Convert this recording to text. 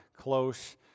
close